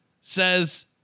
says